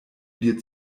dir